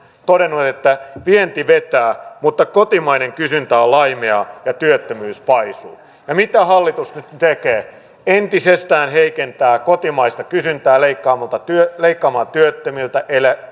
todennut että vienti vetää mutta kotimainen kysyntä on laimeaa ja työttömyys paisuu ja mitä hallitus nyt tekee entisestään heikentää kotimaista kysyntää leikkaamalla työttömiltä